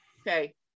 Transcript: Okay